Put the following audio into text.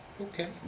Okay